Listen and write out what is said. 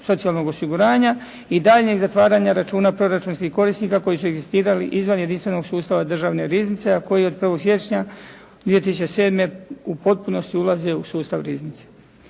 socijalnog osiguranja i daljnjeg zatvaranja računa proračunskih korisnika koji su egzistirali izvan jedinstvenog sustava Državne riznice, a koji od 1. siječnja 2007. u potpunosti ulaze u sustav riznice.